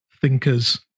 thinkers